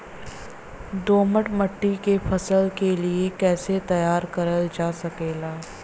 दोमट माटी के फसल के लिए कैसे तैयार करल जा सकेला?